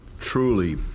truly